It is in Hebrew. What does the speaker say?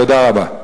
תודה רבה.